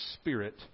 spirit